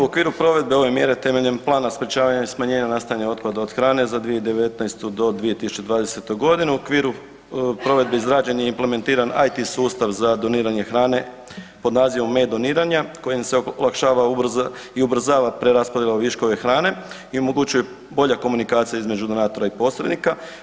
U okviru provedbe ove mjere temeljem plana sprječavanja i smanjenja nastajanja otpada od hrane za 2019. do 2020. g., u okviru provedbe izrađen je i implementiran IT sustav za doniranje hrane pod nazivom E-doniranja kojim se olakšava i ubrzava preraspodjela u viškove hrane i omogućuje bolja komunikacija između donatora i posrednika.